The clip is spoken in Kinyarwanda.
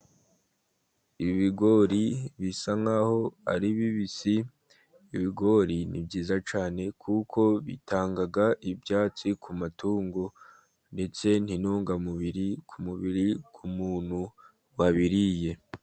Ibi bigori bisa nk'aho ari bibisi. Ibigori ni byiza cyane kuko bitanga ibyatsi ku matungo, ndetse n'intungamubiri ku mubiri w'umuntu wabiriye.